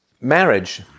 Marriage